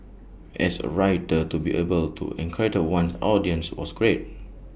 as A writer to be able to enrapture one's audience was great